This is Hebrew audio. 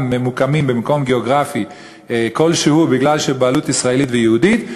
במקום גיאוגרפי כלשהו משום שהוא בבעלות ישראלית ויהודית,